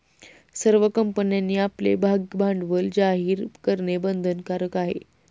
सर्व कंपन्यांनी आपले भागभांडवल जाहीर करणे बंधनकारक आहे